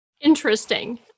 Interesting